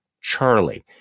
Charlie